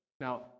Now